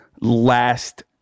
last